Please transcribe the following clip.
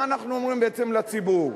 מה אנחנו אומרים בעצם לציבור?